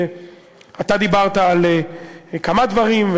אתה דיברת על כמה דברים,